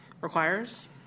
requires